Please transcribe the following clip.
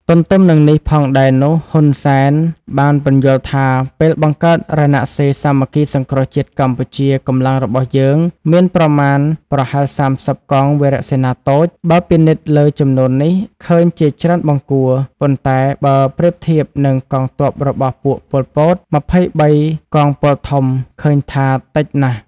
ទន្ទឹមនឹងនេះផងដែរនោះហ៊ុន សែន បានពន្យល់ថា ពេលបង្កើតរណសិរ្សសាមគ្គីសង្គ្រោះជាតិកម្ពុជាកម្លាំងរបស់យើងមាន ប្រមានប្រហែល ៣០ កងវរសេនាតូច បើពិនិត្យលើចំនួននេះឃើញជាច្រើនបង្គួរ ប៉ុន្តែបើប្រៀបធៀបនិងកងទព័របស់ពួក ប៉ុល ពត ២៣កងពលធំឃើញថាតិចណាស់។